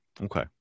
Okay